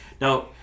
Now